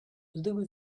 blew